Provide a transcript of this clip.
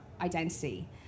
identity